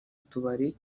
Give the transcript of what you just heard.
tubari